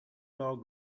dog